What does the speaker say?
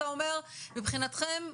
מבחינתכם,